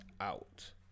out